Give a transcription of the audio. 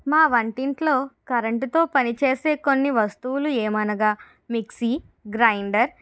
మా వంటింట్లో కరెంటుతో పని చేసే కొన్ని వస్తువులు ఏమనగా మిక్సీ గ్రైండర్